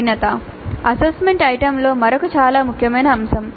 కఠినత assessment ఐటెమ్లలో మరొక చాలా ముఖ్యమైన అంశం